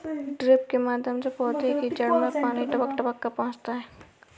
drip के माध्यम से पौधे की जड़ में पानी टपक टपक कर पहुँचता है